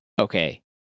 Okay